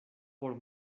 por